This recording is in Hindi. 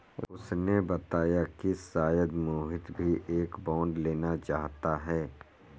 उसने बताया कि शायद मोहित भी एक बॉन्ड लेना चाहता है